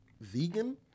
vegan